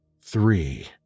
three